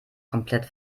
komplett